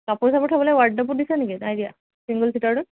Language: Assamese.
কাপোৰ চাপোৰ থ'বলৈ ৱাৰ্ডদৱো দিছে নেকি নাই দিয়া চিংগল চিটাৰটোত